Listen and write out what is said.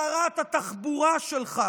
שרת התחבורה שלך